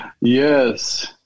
Yes